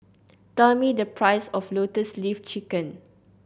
tell me the price of Lotus Leaf Chicken